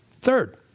Third